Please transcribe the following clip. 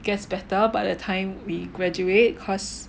gets better by the time we graduate because